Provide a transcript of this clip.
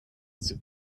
its